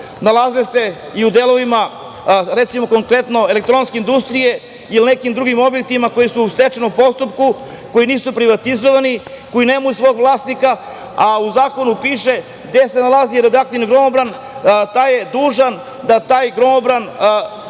nalaze se i u delovima Elektronske industrije i nekim drugim objektima koji su u stečajnom postupku, koji nisu privatizovani, koji nemaju svog vlasnika, a u zakonu piše gde se nalazi radioaktivni gromobran taj je dužan da taj gromobran